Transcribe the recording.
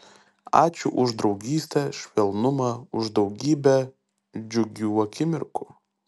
ačiū už draugystę švelnumą už daugybę džiugių akimirkų